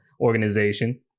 organization